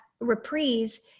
Reprise